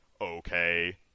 okay